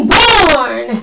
born